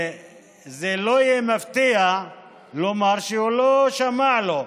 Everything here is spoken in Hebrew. וזה לא יהיה מפתיע לומר שהוא לא שמע לו.